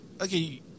okay